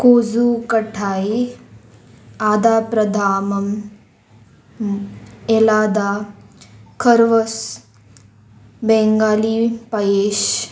कोझू कठाय आदा प्रधाम येलादा खर्वस बेंगाली पयेश